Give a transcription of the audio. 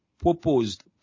proposed